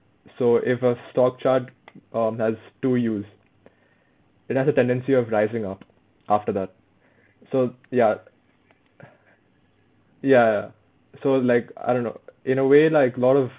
so if a stock chart um has two Us it has a tendency of rising up after that so ya ya ya so like I don't know in a way like a lot of